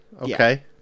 Okay